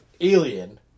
Alien